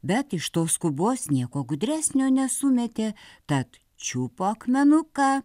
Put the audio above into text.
bet iš tos skubos nieko gudresnio nesumetė tad čiupo akmenuką